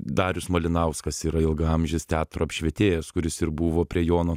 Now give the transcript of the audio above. darius malinauskas yra ilgaamžis teatro apšvietėjas kuris ir buvo prie jono